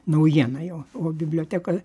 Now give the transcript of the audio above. naujiena jau o biblioteka